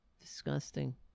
Disgusting